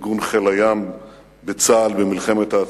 ארגון חיל הים בצה"ל במלחמת העצמאות,